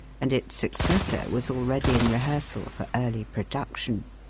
and its successor was already in rehearsal for early production.